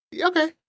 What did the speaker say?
Okay